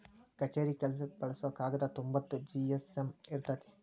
ಕಛೇರಿ ಕೆಲಸಕ್ಕ ಬಳಸು ಕಾಗದಾ ತೊಂಬತ್ತ ಜಿ.ಎಸ್.ಎಮ್ ಇರತತಿ